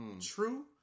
true